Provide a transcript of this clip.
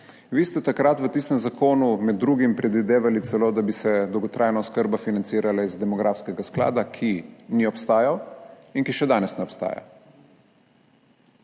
Vi ste takrat v tistem zakonu med drugim predvidevali celo, da bi se dolgotrajna oskrba financirala iz demografskega sklada, ki ni obstajal in ki še danes ne obstaja.